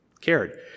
cared